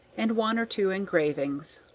and one or two engravings.